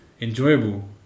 enjoyable